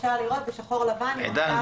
שאפשר לראות בשחור לבן אם מותר